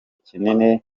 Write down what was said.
kinini